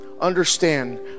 understand